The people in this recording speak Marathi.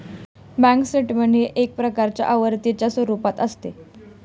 बँक स्टेटमेंट हे एक प्रकारच्या पावतीच्या स्वरूपात असते